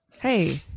hey